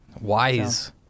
Wise